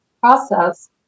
process